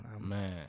man